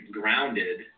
grounded